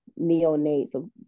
neonates